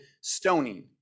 stoning